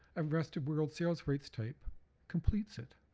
a rest of world sales rights type completes it.